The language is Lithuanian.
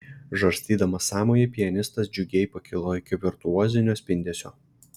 žarstydamas sąmojį pianistas džiugiai pakilo iki virtuozinio spindesio